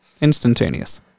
Instantaneous